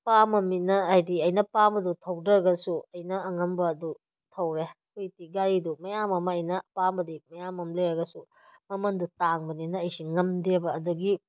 ꯄꯥꯝꯃꯝꯅꯤꯅ ꯍꯥꯏꯗꯤ ꯑꯩꯅ ꯄꯥꯝꯕꯗꯣ ꯊꯣꯛꯗ꯭ꯔꯒꯁꯨ ꯑꯩꯅ ꯑꯉꯝꯕ ꯑꯗꯨ ꯊꯧꯔꯦ ꯍꯧꯖꯤꯛꯇꯤ ꯒꯥꯔꯤꯗꯨ ꯃꯌꯥꯝ ꯑꯃ ꯑꯩꯅ ꯄꯥꯝꯕꯗꯤ ꯃꯌꯥꯝ ꯑꯃ ꯂꯩꯒꯔꯁꯨ ꯃꯃꯟꯗꯨ ꯇꯥꯡꯕꯅꯤꯅ ꯑꯩꯁꯤ ꯉꯝꯗꯦꯕ ꯑꯗꯒꯤ